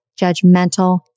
judgmental